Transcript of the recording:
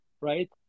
right